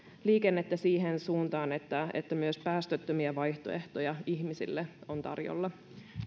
liikennettä siihen suuntaan että että myös päästöttömiä vaihtoehtoja ihmisille on tarjolla